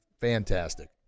fantastic